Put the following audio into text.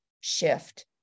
shift